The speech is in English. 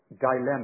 dilemma